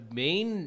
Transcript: main